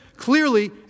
Clearly